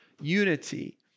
unity